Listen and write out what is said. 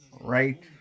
right